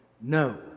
No